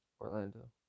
Orlando